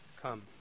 Come